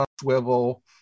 swivel